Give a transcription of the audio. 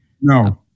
No